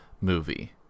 movie